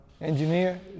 engineer